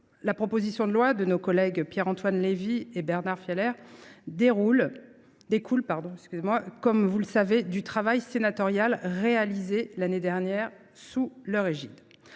La proposition de loi de nos collègues Pierre Antoine Levi et Bernard Fialaire découle, comme vous le savez, du travail sénatorial réalisé l’année dernière sous leur égide.